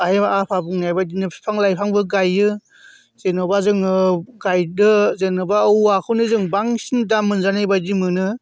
आइ आफा बुंनाय बादिनो बिफां लाइफांबो गायो जेन'बा जोङो गायदो जेन'बा औवाखौनो जोङो बांसिन दाम मोनजानाय बादि मोनो